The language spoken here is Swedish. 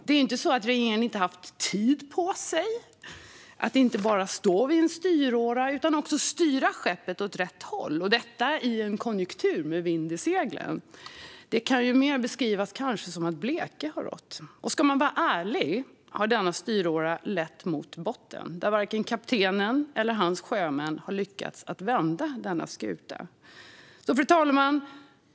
Det är inte så att regeringen inte har haft tid på sig att inte bara stå vid en styråra utan att också styra skeppet åt rätt håll - och detta i en konjunktur med vind i seglen. Det kanske mer kan beskrivas som att bleke har rått. Om man ska vara ärlig får man säga att denna styråra har lett mot botten, där varken kaptenen eller hans sjömän har lyckats vända skutan. Fru talman!